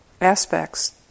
aspects